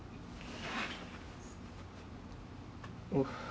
oh